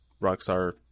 rockstar